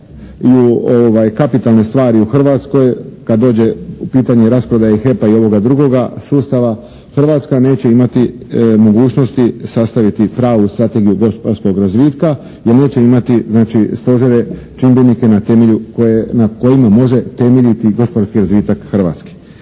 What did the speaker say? i u kapitalne stvari u Hrvatskoj kad dođe u pitanje i rasprodaja HEP-a i ovoga drugoga sustava Hrvatska neće imati mogućnosti sastaviti pravu strategiju gospodarskog razvitka jer neće imati znači stožere, čimbenike na kojima može temeljiti gospodarski razvitak Hrvatske.